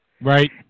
Right